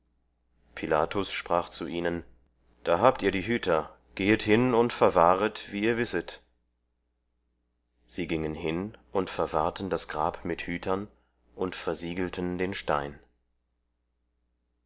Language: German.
pilatus sprach zu ihnen da habt ihr die hüter gehet hin und verwahret wie ihr wisset sie gingen hin und verwahrten das grab mit hütern und versiegelten den stein